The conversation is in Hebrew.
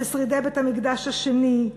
של שרידי בית-המקדש השני,